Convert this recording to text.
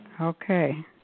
Okay